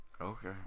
Okay